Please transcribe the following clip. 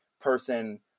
person